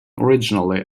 originally